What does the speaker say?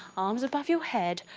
arms above your head,